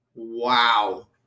Wow